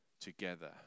together